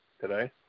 today